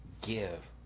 give